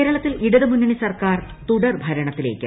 കേരളത്തിൽ ഇടതുമുണ്ണീ ്സർക്കാർ തുടർ ഭരണത്തിലേക്ക്